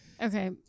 Okay